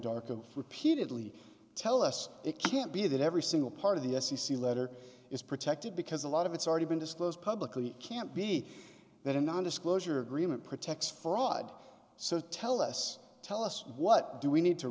anadarko repeatedly tell us it can't be that every single part of the s c c letter is protected because a lot of it's already been disclosed publicly can't be that a non disclosure agreement protects fraud so tell us tell us what do we need to